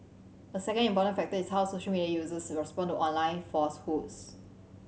a second important factor is how social media users respond to online falsehoods